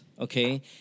Okay